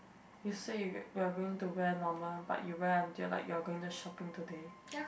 you said we are going to wear normal but you wear like we are going shopping today